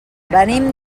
venim